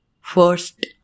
first